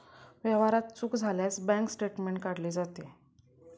व्यवहारात चूक झाल्यास बँक स्टेटमेंट काढले जाते